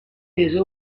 des